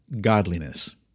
godliness